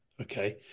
Okay